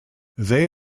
they